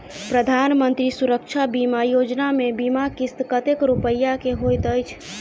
प्रधानमंत्री सुरक्षा बीमा योजना मे बीमा किस्त कतेक रूपया केँ होइत अछि?